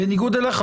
בניגוד אליך,